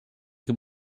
can